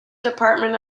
department